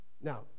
now